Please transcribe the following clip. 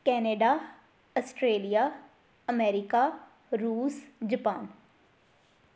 Canada Australia America ਰੂਸ Japan